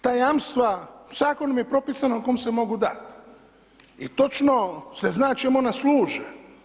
Ta jamstva, zakonom je propisano kom se mogu dati i točno se zna čemu ona služe.